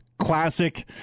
classic